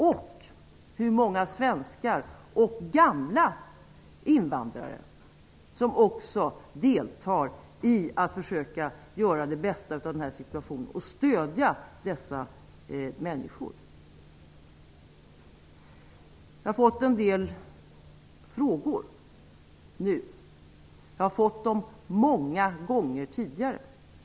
Det finns också många svenskar och gamla invandrare som deltar i arbetet för att göra det bästa av den här situationen och som stöder dem som kommer hit. Jag har nu fått en del frågor. Jag har fått dem många gånger tidigare.